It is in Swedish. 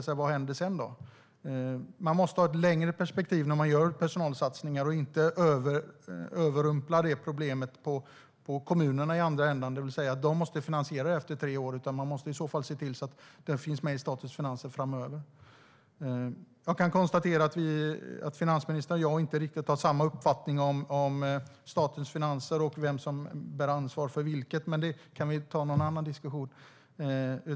Vad händer sedan? Man måste ha ett längre perspektiv när man gör personalsatsningar och inte övervältra problemet på kommunerna i andra änden, det vill säga att de måste finansiera detta efter tre år. I så fall måste man se till att det finns med i statens finanser framöver. Finansministern och jag har inte riktigt samma uppfattning om statens finanser och vem som bär ansvaret för vad, men det kan vi ta i en annan diskussion.